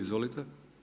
Izvolite.